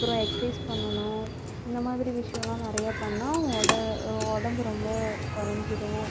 அப்பறம் எக்ஸைஸ் பண்ணணும் இந்த மாதிரி விஷயோலாம் நிறைய பண்ணால் உங்களோடய உடம்பு ரொம்ப குறஞ்சிரும்